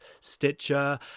stitcher